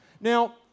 Now